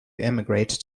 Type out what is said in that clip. emigrate